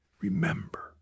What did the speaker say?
remember